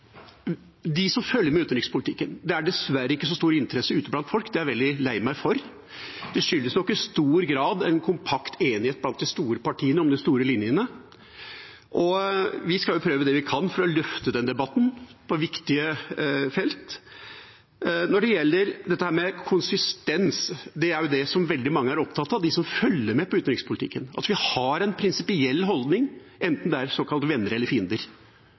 med i utenrikspolitikken, er det dessverre ikke så stor interesse ute blant folk. Det er jeg veldig lei meg for. Det skyldes nok i stor grad en kompakt enighet blant de store partiene om de store linjene. Vi skal gjøre det vi kan for å løfte den debatten på viktige felt. Når det gjelder dette med konsistens, er jo det noe veldig mange av dem som følger med på utenrikspolitikken, er opptatt av – at vi har en prinsipiell holdning enten det gjelder venner eller fiender.